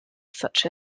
such